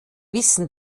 wissen